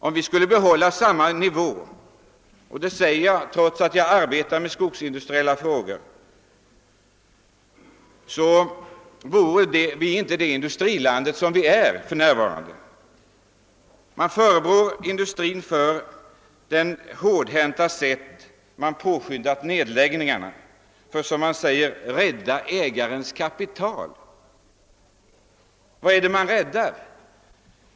Om vi hade behållit samma nivå som tidigare, vore vi — och det säger jag trots att jag arbetar med skogsindustriella frågor — inte det industriland som vi för närvarande är. Man förebrår industrin för det hårdhänta sätt på vilket nedläggningarna påskyndas för att, som man säger, rädda ägarnas kapital. Men vad är det man räddar?